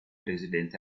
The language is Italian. residente